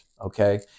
okay